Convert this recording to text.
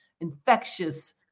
infectious